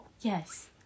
Yes